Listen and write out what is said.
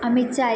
আমি চাই